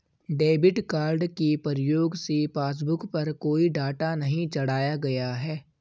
debit card के प्रयोग से पासबुक पर कोई डाटा नहीं चढ़ाया गया है